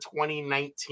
2019